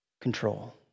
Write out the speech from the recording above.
control